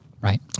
Right